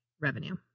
revenue